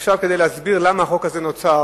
עכשיו, כדי להסביר למה החוק הזה נוצר